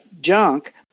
junk